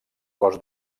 cos